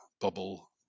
bubble